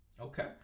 Okay